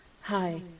Hi